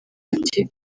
ati